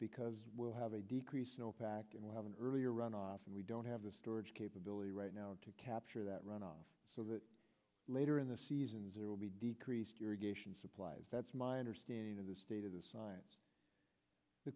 because we'll have a decrease no packing we'll have an earlier runoff and we don't have the storage capability right now to capture that runoff so that later in the seasons there will be decreased irrigation supplies that's my understanding of the state of the science the